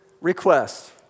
request